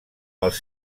els